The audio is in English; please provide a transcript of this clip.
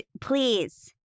please